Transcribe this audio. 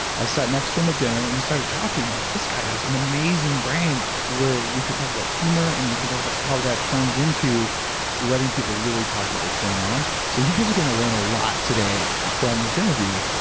i sat next to him at dinner and we started talking. i'm like, this guy has an amazing brain where we can talk about humor, and we can talk about how that turns into letting people really talk about what's going on. so you guys are going to learn a lot today from this interview,